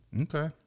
Okay